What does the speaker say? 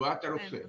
שבועת הרופא שכמו